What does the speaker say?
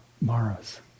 maras